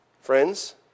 Friends